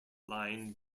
line